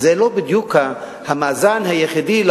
אין ספק שהכוונה של הפלסטינים להכריז על